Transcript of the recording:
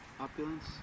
Opulence